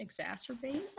exacerbate